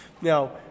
Now